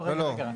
לא רגע.